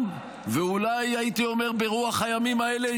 ואולי הייתי אומר ברוח הימים האלה,